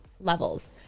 levels